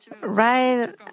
Right